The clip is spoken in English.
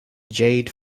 jade